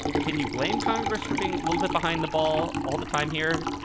can you blame congress for being a little bit behind the ball all the time here?